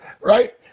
right